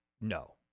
no